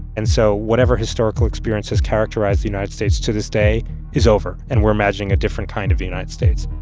and so whatever historical experiences characterized the united states to this day is over. and we're imagining a different kind of the united states.